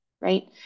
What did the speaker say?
Right